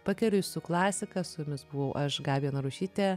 pakeliui su klasika su jumis buvau aš gabija narušytė